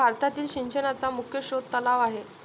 भारतातील सिंचनाचा मुख्य स्रोत तलाव आहे